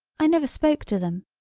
i never spoke to them.